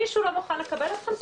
מי שלא מוכן לקבל אתכם,